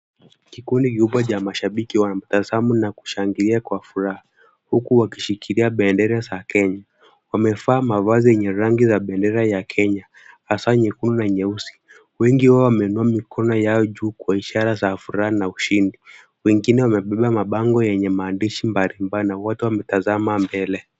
Kikundi kikubwa cha mashabiki wanatazama na kushangilia kwa furaha huku wakishikilia bendera za Kenya. Wamevaa mavazi yenye rangi za bendera za Kenya hasa nyekundu na nyeusi. Wengi wao wameinua mikono yao juu kwa ishara za furaha na ushindi. Wengine wamebeba mabango yenye maandishi mbalimbali na wote wametazama mbele.